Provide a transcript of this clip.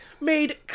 Made